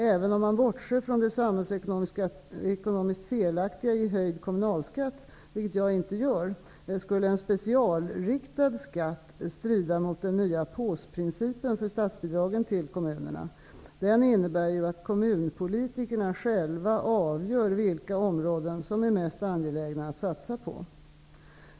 Även om man bortser från det samhällsekonomiskt felaktiga i höjd kommunalskatt -- vilken jag inte gör -- skulle en specialriktad skatt strida mot den nya ''påsprincipen'' för statsbidragen till kommunerna. Den innebär att kommunpolitikerna själva avgör vilka områden som är mest angelägna att satsa på.